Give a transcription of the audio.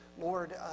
Lord